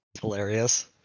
Hilarious